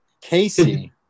Casey